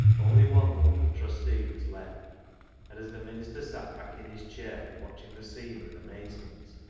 only one local trustee was left and as the minister sat back in his chair, watching the scene with amazement,